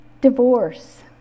Divorce